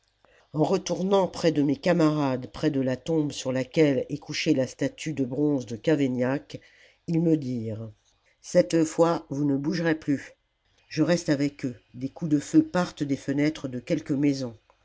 en retournant près de mes camarades près de la tombe sur laquelle est couchée la statue de bronze de cavaignac ils me dirent cette fois vous ne bougerez plus je reste avec eux des coups de feu partent des fenêtres de quelques maisons